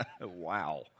Wow